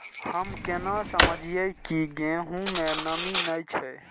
हम केना समझये की गेहूं में नमी ने छे?